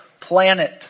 planet